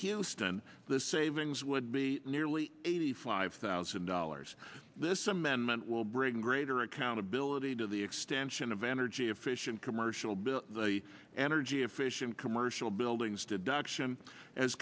houston the savings would be nearly eighty five thousand dollars this amendment will bring greater accountability to the expansion of energy efficient commercial build and or g efficient commercial buildings deduction as